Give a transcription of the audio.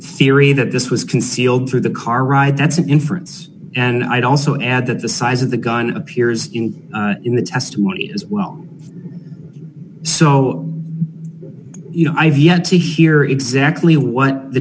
y that this was concealed through the car ride that's an inference and i'd also add that the size of the gun it appears in the testimony as well so you know i've yet to hear exactly what the